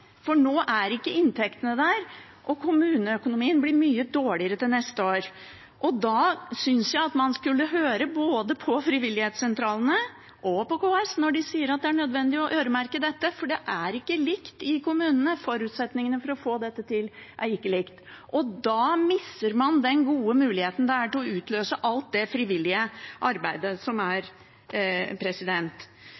for nå er ikke inntektene der, og kommuneøkonomien blir mye dårligere til neste år. Da synes jeg man skulle høre både på frivilligsentralene og på KS når de sier at det er nødvendig å øremerke dette. Forutsetningene for å få dette til er ikke like. Da mister man den gode muligheten til å utløse alt det frivillige arbeidet.